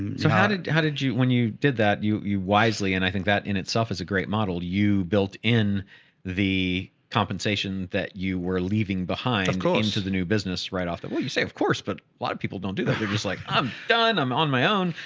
and so how did how did you, when you did that, you, you wisely. and i think that in itself is a great model you built in the compensation that you were leaving behind going into the new business right off the wall you say, of course. but a lot of people don't do that. they're just like, i'm done. i'm on my own.